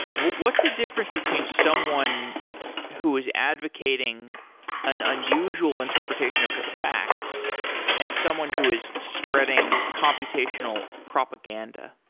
what's the difference between someone who is advocating an unusual interpretation of the facts and someone who is spreading computational propaganda?